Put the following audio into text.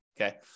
Okay